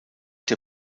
der